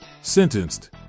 sentenced